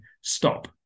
stop